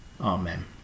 Amen